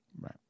right